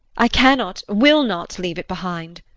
i cannot, will not, leave it behind.